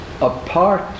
apart